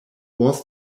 was